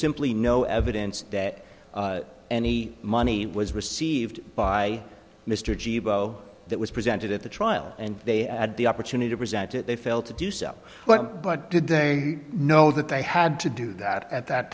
simply no evidence that any money was received by mr g bo that was presented at the trial and they had the opportunity to present it they failed to do so well but did they know that they had to do that at that